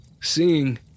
Seeing